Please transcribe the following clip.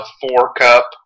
four-cup